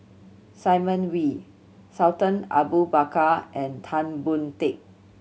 Simon Wee Sultan Abu Bakar and Tan Boon Teik